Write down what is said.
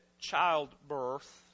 childbirth